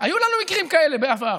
היו לנו מקרים כאלה בעבר,